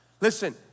Listen